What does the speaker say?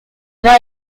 era